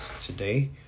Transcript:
today